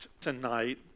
tonight